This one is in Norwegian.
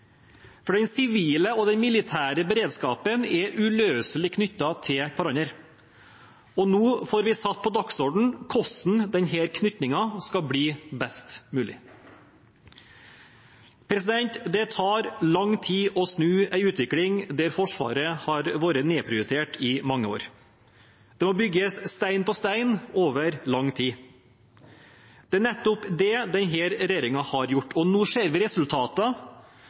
For den sivile og den militære beredskapen er uløselig knyttet til hverandre. Og nå får vi satt på dagsordenen hvordan denne tilknytningen skal bli best mulig. Det tar lang tid å snu en utvikling der Forsvaret har vært nedprioritert i mange år. Det må bygges stein på stein over lang tid. Det er nettopp det denne regjeringen har gjort. Nå ser vi